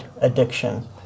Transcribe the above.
addiction